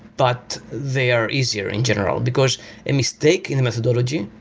but they are easier in general, because a mistake in the methodology,